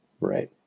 Right